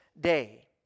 day